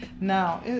Now